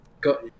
got